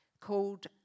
called